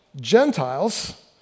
Gentiles